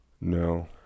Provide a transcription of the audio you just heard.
No